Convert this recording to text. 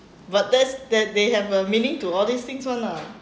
but that's that they have a meaning to all these things [one] lah